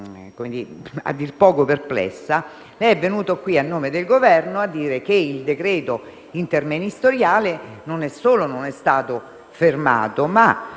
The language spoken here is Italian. a dir poco perplessa, perché lei è venuto qui, a nome del Governo, a dire che il decreto interministeriale non solo non è stato fermato, ma